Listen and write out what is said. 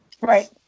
Right